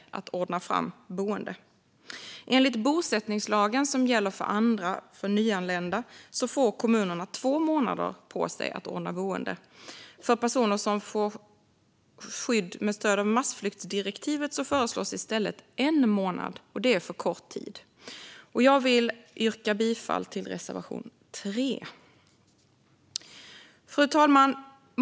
Enligt bosättningslagen, som sedan tidigare gäller för andra nyanlända, får kommunerna två månader på sig att ordna fram boende. Men för personer som får skydd med stöd av massflyktsdirektivet föreslås i stället en tidsfrist på en månad, och det är för kort tid. Jag vill därför yrka bifall till reservation 3. Fru talman!